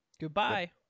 Goodbye